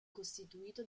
costituito